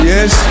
Yes